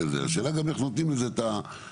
השאלה היא גם איך נותנים לזה את הכוח.